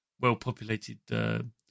well-populated